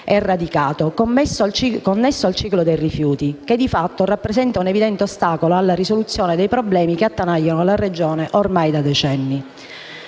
illegalità connesso al ciclo dei rifiuti, che di fatto rappresenta un evidente ostacolo alla risoluzione dei problemi che attanagliano la Regione ormai da decenni.